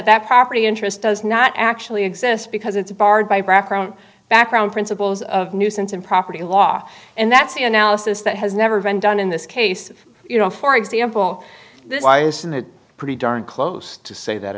that property interest does not actually exist because it's barred by background background principles of nuisance and property law and that's the analysis that has never been done in this case you know for example this liason that pretty darn close to say that